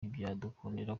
ntibyadukundira